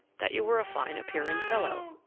that you were a fine-appearing fellow,